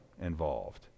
involved